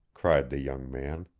cried the young man.